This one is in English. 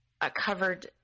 covered